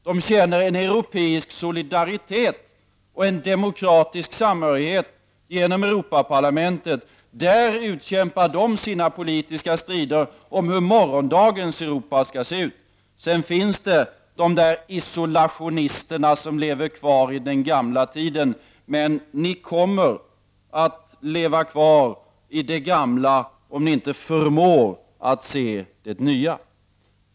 De känner en europeisk solidaritet och en demokratisk samhörighet genom Europaparlamentet. Där utkämpar de sina politiska strider om hur morgondagens Europa skall se ut. Det finns isolationister som lever kvar i den gamla tiden. Ni kommer att leva kvar i det gamla om ni inte förmår att se det nya.